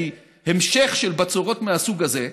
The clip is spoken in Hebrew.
כי המשך של בצורות מהסוג הזה,